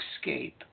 escape